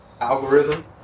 algorithm